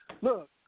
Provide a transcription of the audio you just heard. look